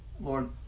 Lord